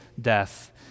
death